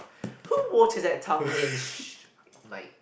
is that Tanglin sh~ mic